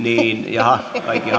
jaaha kaikki